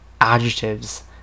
adjectives